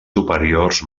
superiors